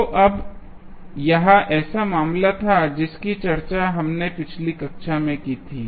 तो अब यह ऐसा मामला था जिसकी चर्चा हमने पिछली कक्षा में की थी